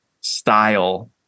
style